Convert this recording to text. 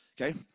Okay